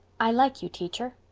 i like you, teacher.